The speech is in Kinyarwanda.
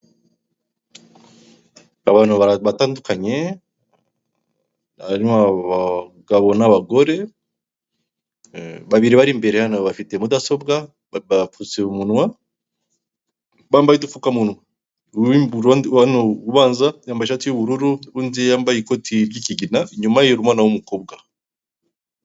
Abantu batandukanye barimo abagabo n'abagore, babiri bari imbere hano bafite mudasobwa bapfutse umunwa bambaye udupfukamunwa ubanza yambaye ishati y'ubururu undi yambaye ikoti ry'ikigina inyuma ye hari umwana w'umukobwa.